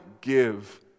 give